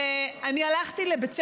אני הלכתי לבית ספר,